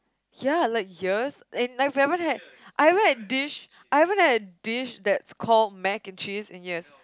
ya like years in like forever didn't had I haven't had a dish I haven't a dish that's called Mac and Cheese in years